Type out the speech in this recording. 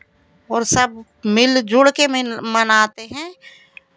और सब मिल जुल के मनाते हैं